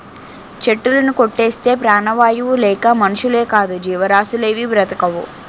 చెట్టులుని కొట్టేస్తే ప్రాణవాయువు లేక మనుషులేకాదు జీవరాసులేవీ బ్రతకవు